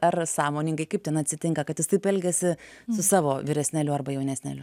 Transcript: ar sąmoningai kaip ten atsitinka kad jis taip elgiasi su savo vyresnėliu arba jaunesnėliu